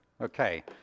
Okay